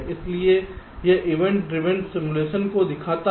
इसलिए यह event driven simulation को दिखाता है